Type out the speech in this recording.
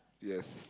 yes